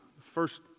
first